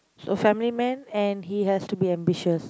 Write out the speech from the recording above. a family man and he has to be ambitious